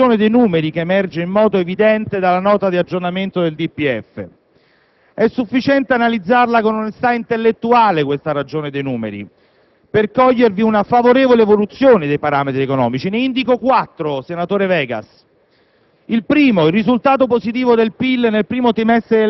e ad intervenire per correggerla. È proprio questa ragione dei numeri che emerge in modo evidente dalla Nota aggiornamento al DPEF ed è sufficiente analizzarla con onestà intellettuale per cogliervi una favorevole evoluzione dei parametri economici. Ne indico quattro, senatore Vegas.